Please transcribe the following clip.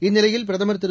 இந்நிலையில் பிரதமர் திரு